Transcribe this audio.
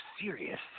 serious